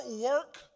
work